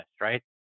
right